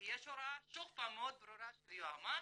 כי יש הוראה שוב פעם מאוד ברורה, של היועמ"ש,